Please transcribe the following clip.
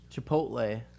Chipotle